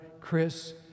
Chris